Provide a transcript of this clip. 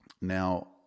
Now